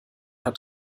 hat